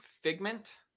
Figment